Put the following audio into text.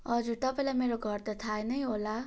हजुर तपाईँलाई मेरो घर त थाहा नै होला